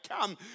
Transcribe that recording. come